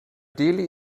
delhi